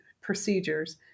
procedures